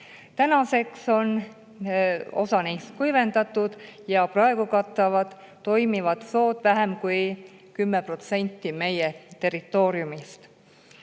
Tänaseks on osa neist kuivendatud ja praegu katavad toimivad sood vähem kui 10% meie territooriumist.